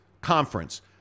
conference